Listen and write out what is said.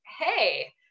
hey